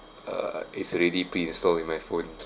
uh it's already pre-installed in my phone